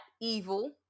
evil